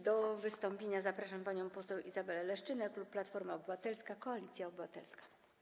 Do wystąpienia zapraszam panią poseł Izabelę Leszczynę, klub Platforma Obywatelska - Koalicja Obywatelska.